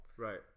Right